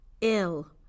ill